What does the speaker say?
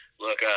look